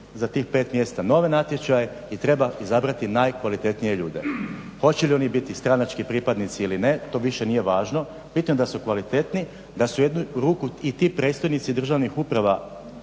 za tih pet mjesta novi natječaj i treba izabrati najkvalitetnije ljude, hoće li oni biti stranački pripadnici ili ne, to više nije važno. Bitno da su kvalitetni, da su u jednu ruku i ti predstojnici državnih uprava